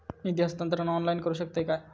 निधी हस्तांतरण ऑनलाइन करू शकतव काय?